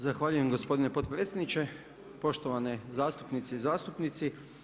Zahvaljujem gospodine potpredsjedniče, poštovane zastupnice i zastupnici.